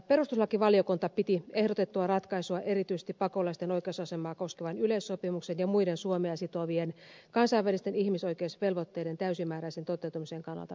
perustuslakivaliokunta piti ehdotettua ratkaisua erityisesti pakolaisten oikeusasemaa koskevan yleissopimuksen ja muiden suomea sitovien kansainvälisten ihmisoikeusvelvoitteiden täysimääräisen toteutumisen kannalta perusteltuna